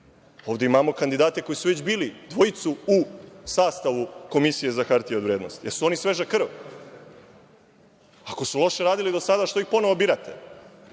Ovde imamo kandidate koji su već bili, dvojicu u sastavu Komisije za hartije od vrednosti. Jesu oni sveža krv? Ako su loše radili do sada što ih ponovo birate?